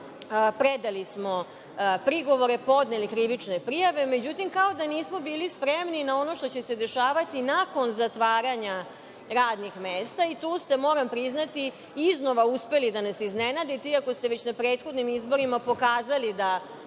Predali smo prigovore, podneli krivične prijave.Međutim, kao da nismo bili spremni na ono što će se dešavati nakon zatvaranja radnih mesta i tu ste, moram priznati, iznova uspeli da nas iznenadite, iako ste već na prethodnim izborima pokazali da